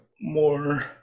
more